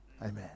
Amen